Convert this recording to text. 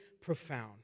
profound